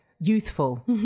youthful